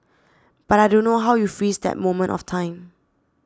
but I don't know how you freeze that moment of time